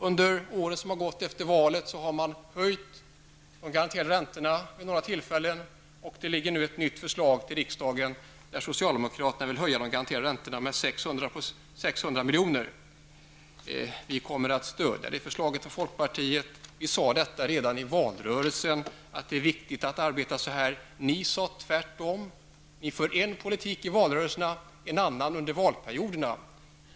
Under åren som har gått efter valet har man höjt de garanterade räntorna vid några tillfällen. Det ligger nu ett nytt förslag till riksdagen, där socialdemokraterna vill höja de garanterade räntorna med 600 milj.kr. Folkpartiet kommer att stödja förslaget. Vi sade redan i valrörelsen att det är viktigt att arbeta så här. Socialdemokraterna sade tvärtom. Ni för en politik i valrörelsen, en annan under valperioderna.